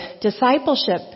discipleship